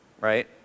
right